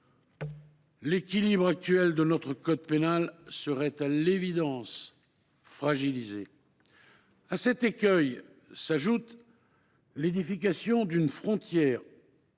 L’équilibre actuel de notre code pénal en serait à l’évidence fragilisé. À cet écueil, s’ajoute l’édification d’une frontière